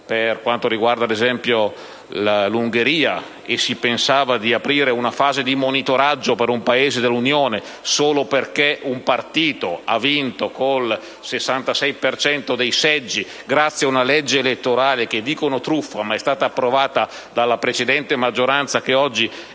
per quanto riguarda l'Ungheria, e si pensava di aprire una fase di monitoraggio per un Paese dell'Unione solo perché un partito ha vinto con il 66 per cento dei seggi, grazie ad una legge elettorale che definiscono truffa, ma che è stata approvata dalla precedente maggioranza, che oggi è